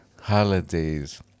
holidays